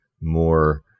more